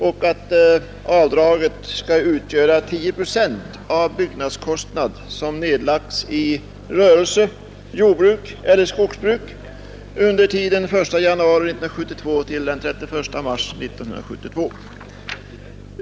Yrkandet avser 10 procent av byggnadskostnaden som nedlagts i rörelse, jordbruk eller skogsbruk under tiden den 1 januari 1972 till den 31 mars 1973.